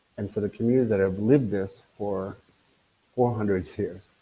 and for the communities that have lived this for four hundred years,